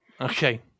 Okay